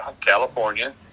California